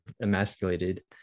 emasculated